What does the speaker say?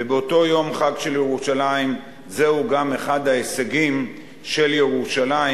ובאותו יום חג של ירושלים זהו גם אחד ההישגים של ירושלים,